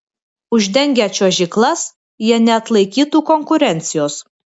uždengę čiuožyklas jie neatlaikytų konkurencijos